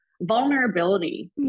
vulnerability